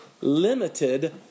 limited